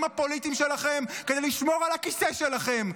הפוליטיים שלכם כדי לשמור על הכיסא שלכם.